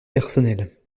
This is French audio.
personnelle